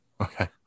okay